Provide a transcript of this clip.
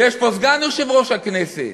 ויש פה סגן יושב-ראש הכנסת.